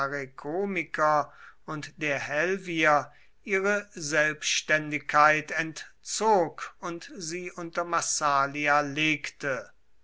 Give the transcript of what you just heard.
volker arekomiker und der helvier ihre selbständigkeit entzog und sie unter massalia legte